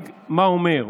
מה אומר,